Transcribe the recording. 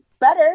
better